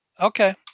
Okay